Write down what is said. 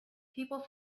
people